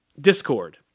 Discord